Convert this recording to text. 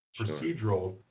procedural